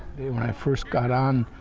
when i first got on,